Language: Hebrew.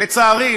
לצערי,